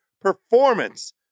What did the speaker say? performance